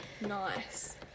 Nice